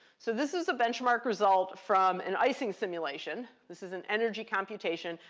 so this is a benchmark result from an icing simulation. this is an energy computation.